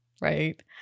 right